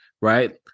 right